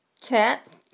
cat